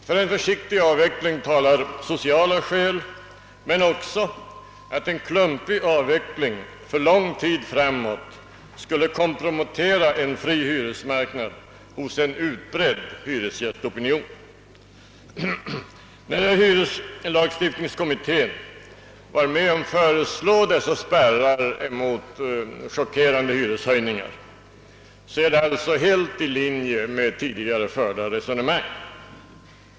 För en försiktig avveckling talar sociala skäl men också det förhållandet att en klumpig avveckling för lång tid framåt skulle kompromettera en fri hy resmarknad hos en utbredd hyresgästopinion. När jag i hyreslagstiftningskommittén varit med om att föreslå dessa spärrar mot chockerande prishöjningar, är det alltså helt i linje med tidigare förda resonemang.